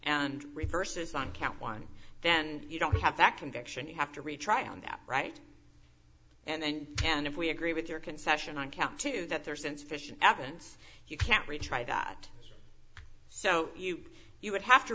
and reverses on count one then you don't have that conviction you have to retry on that right and then if we agree with your concession on count two that there's insufficient evidence you can't retry that so you would have to